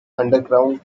underground